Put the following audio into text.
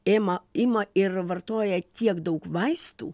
ima ima ir vartoja tiek daug vaistų